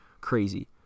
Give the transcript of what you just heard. crazy